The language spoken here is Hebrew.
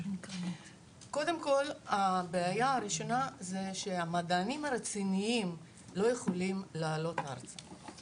קודם כל הבעיה הראשונה זה שהמדענים הרציניים לא יכולים לעלות לארץ.